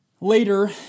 later